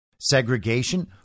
segregation